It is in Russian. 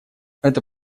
это